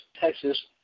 Texas